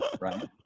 right